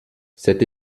cette